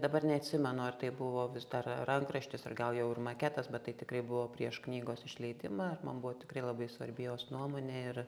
dabar neatsimenu ar tai buvo vis dar rankraštis ar gal jau ir maketas bet tai tikrai buvo prieš knygos išleidimą ir man buvo tikrai labai svarbi jos nuomonė ir